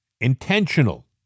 intentional